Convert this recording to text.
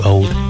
Old